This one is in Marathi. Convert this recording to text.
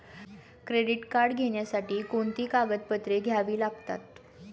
क्रेडिट कार्ड घेण्यासाठी कोणती कागदपत्रे घ्यावी लागतात?